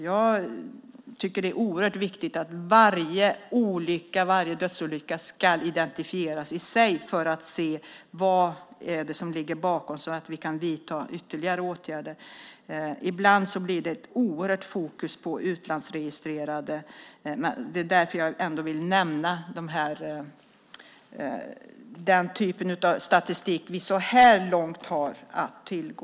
Jag tycker att det är oerhört viktigt att varje dödsolycka identifieras för att vi ska se vad som ligger bakom och för att vi ska kunna vidta ytterligare åtgärder. Ibland blir det ett oerhört fokus på utlandsregistrerade fordon, och det är därför jag vill nämna den statistik som vi så här långt har att tillgå.